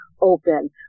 Open